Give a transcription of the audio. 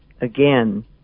again